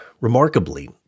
Remarkably